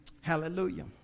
Hallelujah